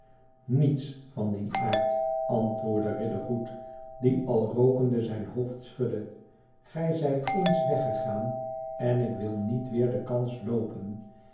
niets van dien aard antwoordde riderhood die al rookende zijn hoofd schudde gij zijt eens weggegaan en ik wil niet weer de kans loopen